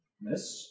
Miss